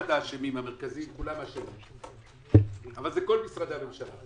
אחד האשמים המרכזיים זה כל משרדי הממשלה.